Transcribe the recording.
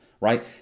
right